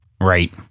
Right